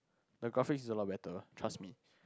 the graphics is a lot better trust me